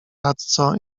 radco